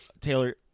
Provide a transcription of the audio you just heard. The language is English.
Taylor